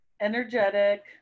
Energetic